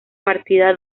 partida